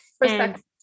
Perspective